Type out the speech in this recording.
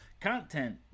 Content